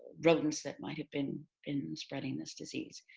rodents that might have been in spreading this disease.